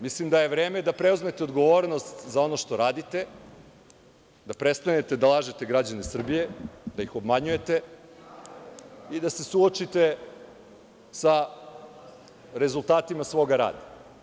Mislim da je vreme da preuzmete odgovornost za ono što radite, da prestanete da lažete građane Srbije, da ih obmanjujete i da se suočite sa rezultatima svoga rada.